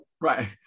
Right